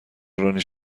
رانی